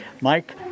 Mike